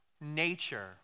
nature